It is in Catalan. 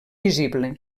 visible